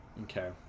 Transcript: Okay